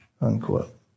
Unquote